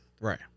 right